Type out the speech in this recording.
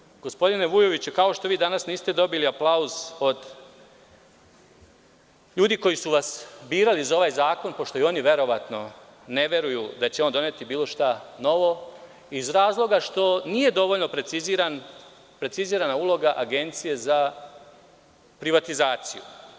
Ne možemo, gospodine Vujoviću kao što vi danas niste dobili aplauz od ljudi koji su vas birali za ovaj zakon, pošto i oni verovatno ne veruju da će on doneti bilo šta novo, iz razloga što nije dovoljno precizirana uloga Agencije za privatizaciju.